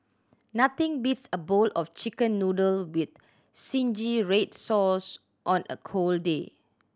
nothing beats a bowl of Chicken Noodle with zingy red sauce on a cold day